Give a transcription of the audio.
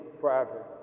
forever